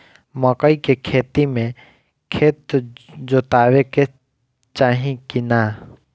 मकई के खेती मे खेत जोतावे के चाही किना?